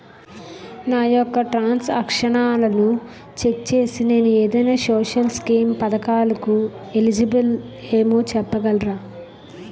నా యెక్క ట్రాన్స్ ఆక్షన్లను చెక్ చేసి నేను ఏదైనా సోషల్ స్కీం పథకాలు కు ఎలిజిబుల్ ఏమో చెప్పగలరా?